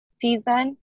season